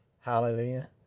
Hallelujah